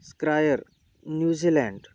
skyr New Zealand